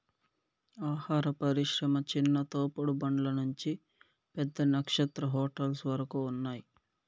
ఆహార పరిశ్రమ చిన్న తోపుడు బండ్ల నుంచి పెద్ద నక్షత్ర హోటల్స్ వరకు ఉన్నాయ్